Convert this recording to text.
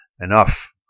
enough